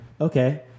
okay